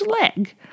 leg